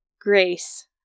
Grace